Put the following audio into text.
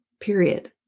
period